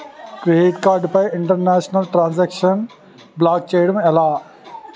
Credit card పై international transaction block చేయటం ఎలా?